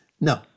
No